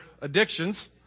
addictions